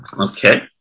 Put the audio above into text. Okay